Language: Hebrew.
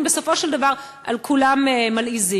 אם בסופו של דבר על כולם מלעיזים.